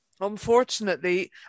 unfortunately